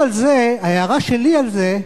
ההערה שלי על זה,